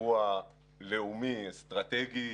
אירוע לאומי, אסטרטגי,